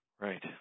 Right